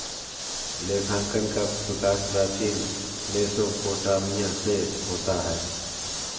लेखांकन का विकास प्राचीन मेसोपोटामिया से होता है